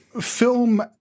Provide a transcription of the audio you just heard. Film